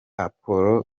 apollo